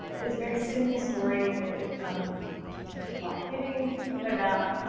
there's a very simple story that i tend to like giving about